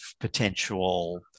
potential